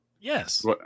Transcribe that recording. Yes